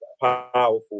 powerful